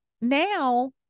now